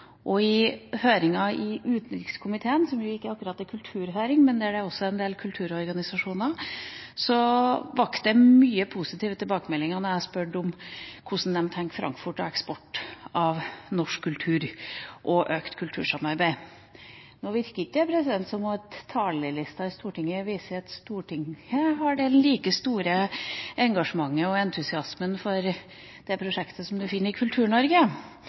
Og i høringen i utenrikskomiteen – som ikke akkurat var en kulturhøring, men der det også var en del kulturorganisasjoner – kom det mange positive tilbakemeldinger på mitt spørsmål om hvordan man tenker rundt Frankfurt og eksport av norsk kultur og økt kultursamarbeid. Nå virker det ikke som at talerlisten viser at Stortinget har et like stort engasjement og en like stor entusiasme for det prosjektet som man finner i